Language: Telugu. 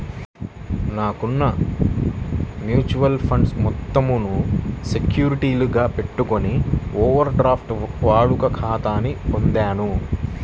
నాకున్న మ్యూచువల్ ఫండ్స్ మొత్తాలను సెక్యూరిటీలుగా పెట్టుకొని ఓవర్ డ్రాఫ్ట్ వాడుక ఖాతాని పొందాను